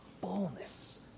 fullness